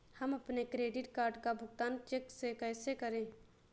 हम अपने credit card का भुगतान चेक से कैसे करें?